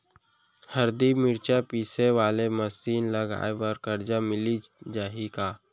हरदी, मिरचा पीसे वाले मशीन लगाए बर करजा मिलिस जाही का?